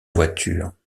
voiture